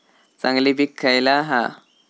चांगली पीक खयला हा?